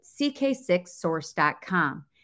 ck6source.com